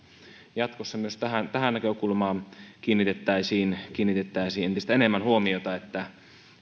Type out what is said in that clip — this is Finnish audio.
jatkossa myös tähän tähän näkökulmaan kiinnitettäisiin kiinnitettäisiin entistä enemmän huomiota että